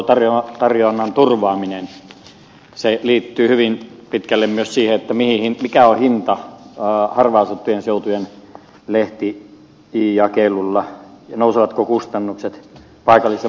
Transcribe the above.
toisaalta tämä yleispalvelutarjonnan turvaaminen liittyy hyvin pitkälle myös siihen mikä on hinta harvaanasuttujen seutujen lehtijakelulla ja nousevatko kustannukset paikallisten maakuntalehtien osalta